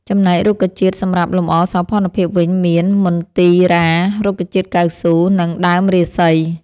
ចំណែករុក្ខជាតិសម្រាប់លម្អសោភ័ណភាពវិញមាន មន្ទីរ៉ា , រុក្ខជាតិកៅស៊ូ , និងដើមរាសី ។